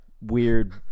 weird